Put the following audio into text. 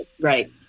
Right